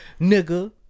Nigga